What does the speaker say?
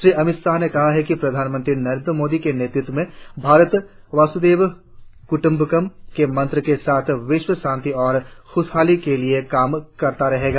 श्री अमित शाह ने कहा कि प्रधानमंत्री नरेन्द्र मोदी के नेतृत्व में भारत वस्धैव क्ट्म्बकम के मंत्र के साथ विश्व शांति और खुशहाली के लिए काम करता रहेगा